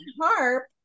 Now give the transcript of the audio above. harp